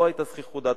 לא היתה זחיחות דעת,